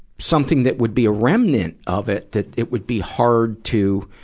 something that would be a remnant of it, that it would be hard to,